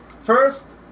first